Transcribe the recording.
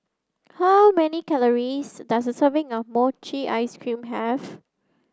how many calories does a serving of mochi ice cream have